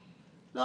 לא,